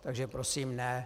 Takže prosím ne.